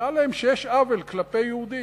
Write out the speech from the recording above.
שנראה להם שיש עוול כלפי יהודים?